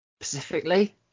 specifically